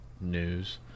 news